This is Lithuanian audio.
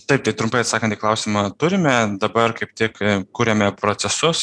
taip tai trumpai atsakan į klausimą turime dabar kaip tik kuriame procesus